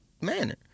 manner